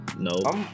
Nope